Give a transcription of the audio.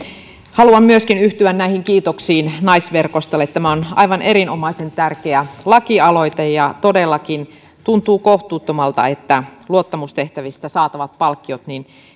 haluan myöskin yhtyä näihin kiitoksiin naisverkostolle tämä on aivan erinomaisen tärkeä lakialoite todellakin tuntuu kohtuuttomalta että luottamustehtävistä saatavat palkkiot